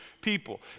people